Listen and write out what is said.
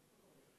התשע"ב